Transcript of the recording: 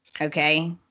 Okay